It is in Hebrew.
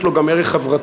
יש לו גם ערך חברתי.